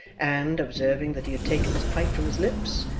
and, observing that he had taken his pipe from his lips,